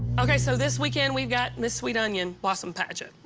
okay, so this weekend, we've got miss sweet onion blossom pageant.